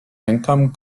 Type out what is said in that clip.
income